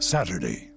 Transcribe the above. Saturday